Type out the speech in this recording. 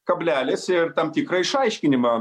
kablelis ir tam tikrą išaiškinimą